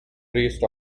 priest